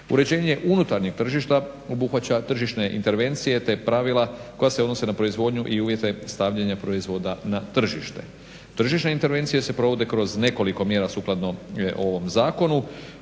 Uređenje unutarnjeg tržišta obuhvaća tržišne intervencije te pravila koja se odnose na proizvodnju i uvjete stavljanje proizvoda na tržište. Tržišne intervencije se provode kroz nekoliko mjera sukladno ovom zakonu.